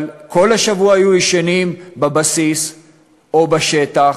אבל כל השבוע היו ישנים בבסיס או בשטח.